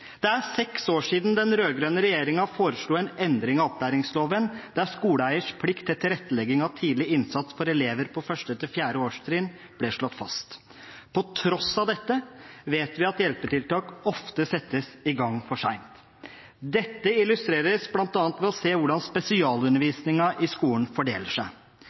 Det er seks år siden den rød-grønne regjeringen foreslo en endring av opplæringsloven, der skoleeiers plikt til tilrettelegging av tidlig innsats for elever på 1.–4. årstrinn ble slått fast. På tross av dette vet vi at hjelpetiltak ofte settes i gang for sent. Dette kan illustreres bl.a. ved å se på hvordan spesialundervisningen i skolen fordeler seg.